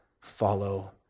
follow